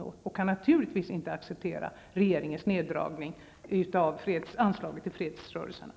Socialdemokratin kan naturligtvis inte acceptera regeringens neddragning av anslaget till fredsrörelserna.